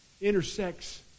intersects